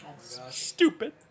Stupid